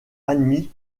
admis